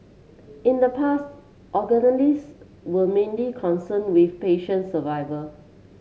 in the past were mainly concern with patient survivor